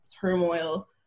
turmoil